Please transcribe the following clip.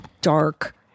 dark